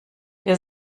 der